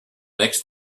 next